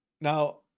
now